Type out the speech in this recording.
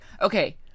okay